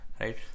right